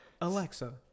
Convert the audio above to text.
Alexa